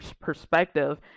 perspective